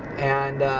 and,